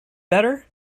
better